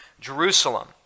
Jerusalem